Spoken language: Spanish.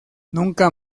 nunca